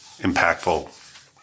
impactful